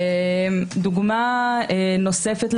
דוגמה נוספת,